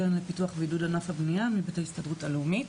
הקרן לפיתוח ועידוד ענף הבנייה מבית ההסתדרות הלאומית.